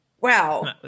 Wow